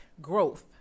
growth